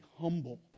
humble